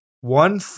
one